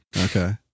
Okay